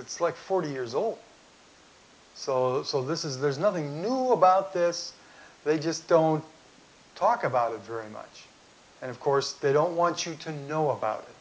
that's like forty years old so and so this is there's nothing new about this they just don't talk about it very much and of course they don't want you to know about it